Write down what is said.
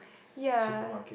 ya